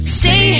say